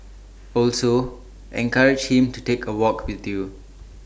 also encourage him to take A walk with you